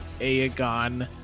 Aegon